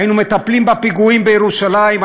היינו מטפלים בפיגועים בירושלים.